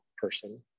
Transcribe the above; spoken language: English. person